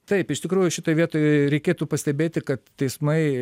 taip iš tikrųjų šitoj vietoj reikėtų pastebėti kad teismai